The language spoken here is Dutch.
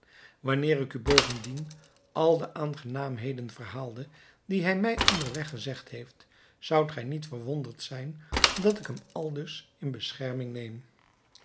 wanneer ik u bovendien al de aangenaamheden verhaalde die hij mij onderweg gezegd heeft zoudt gij niet verwonderd zijn dat ik hem aldus in bescherming neem